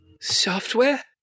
Software